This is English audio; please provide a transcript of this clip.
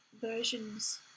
versions